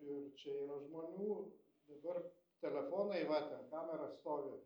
ir čia yra žmonių dabar telefonai va ten kamera stovi